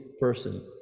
person